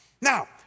Now